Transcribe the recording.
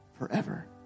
forever